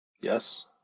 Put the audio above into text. Yes